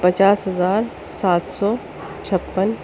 پچاس ہزار سات سو چھپن